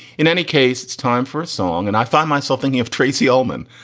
in any case, it's time for a song. and i find myself thinking of tracey ullman,